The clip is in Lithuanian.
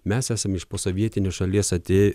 mes esam iš posovietinės šalies atėję